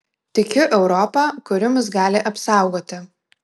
tikiu europa kuri mus gali apsaugoti